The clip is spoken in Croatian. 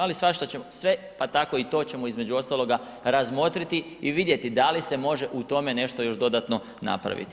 Ali svašta ćemo sve pa tako i to ćemo između ostaloga razmotriti i vidjeti da li se može u tome nešto još dodatno napraviti.